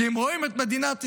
כי הם רואים את מדינת ישראל,